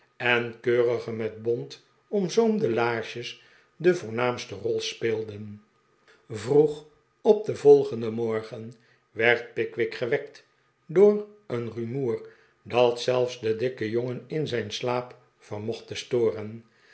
en keurige met bont omzoomde laarsjes de voornaamste rol speelde vroeg op den volgenden morgen werd pickwick gewekt door een rumoer dat zelfs den dikken jongen in zijn slaap vermocht te storen